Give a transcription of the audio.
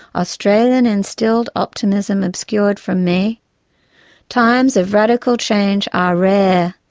australian-instilled optimism obscured from me times of radical change are rare,